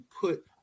put